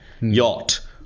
Yacht